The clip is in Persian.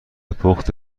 پخت